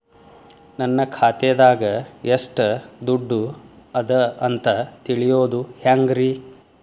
ನನ್ನ ಖಾತೆದಾಗ ಎಷ್ಟ ದುಡ್ಡು ಅದ ಅಂತ ತಿಳಿಯೋದು ಹ್ಯಾಂಗ್ರಿ?